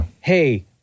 hey